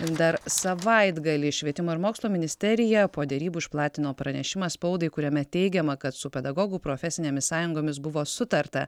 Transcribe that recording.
dar savaitgalį švietimo ir mokslo ministerija po derybų išplatino pranešimą spaudai kuriame teigiama kad su pedagogų profesinėmis sąjungomis buvo sutarta